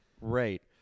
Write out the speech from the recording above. Right